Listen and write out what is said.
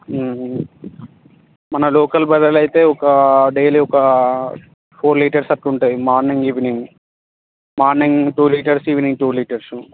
మన లోకల్ బజార్లో అయితే ఒక డైలీ ఒక ఫోర్ లీటర్స్ అట్ట ఉంటుంది morning evening morning two litres evening two litres